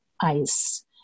ice